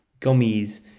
gummies